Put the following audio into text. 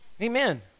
Amen